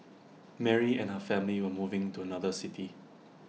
Mary and her family were moving to another city